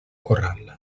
corral